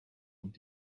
und